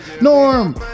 Norm